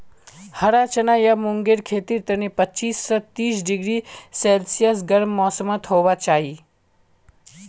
हरा चना या मूंगेर खेतीर तने पच्चीस स तीस डिग्री सेल्सियस गर्म मौसम होबा चाई